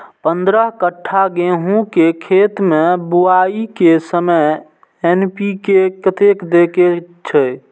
पंद्रह कट्ठा गेहूं के खेत मे बुआई के समय एन.पी.के कतेक दे के छे?